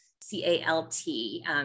C-A-L-T